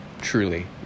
truly